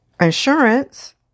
insurance